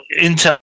Intel